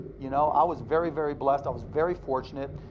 you know i was very, very blessed, i was very fortunate.